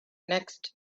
next